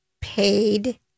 paid